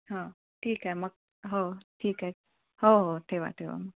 हा ठीक आहे मग हो ठीक आहे हो हो ठेवा ठेवा मग